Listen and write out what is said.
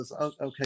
Okay